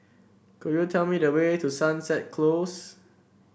could you tell me the way to Sunset Close